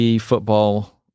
football